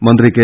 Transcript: മന്ത്രി കെ